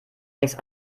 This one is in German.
nichts